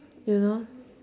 you know